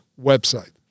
website